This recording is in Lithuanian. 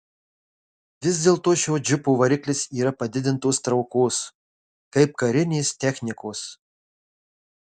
vis dėlto šio džipo variklis yra padidintos traukos kaip karinės technikos